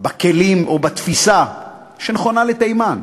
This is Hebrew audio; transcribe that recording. בכלים או בתפיסה שנכונה לתימן,